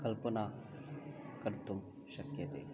कल्पना कर्तुं शक्यते